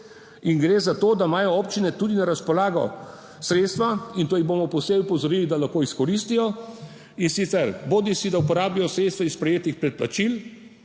in gre za to, da imajo občine tudi na razpolago sredstva in to jih bomo posebej opozorili, da lahko izkoristijo in sicer bodisi da uporabijo sredstva iz prejetih predplačil,